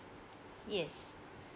yes